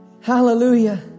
Hallelujah